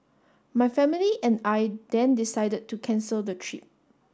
my family and I then decided to cancel the trip